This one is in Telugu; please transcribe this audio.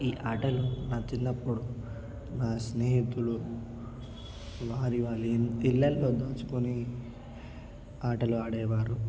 ఈ ఆటలు మా చిన్నప్పుడు నా స్నేహితులు వారి వారి ఇళ్ళలో దాచుకొని ఆటలు ఆడేవారు